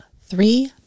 three